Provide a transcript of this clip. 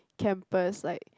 campus like